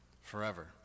forever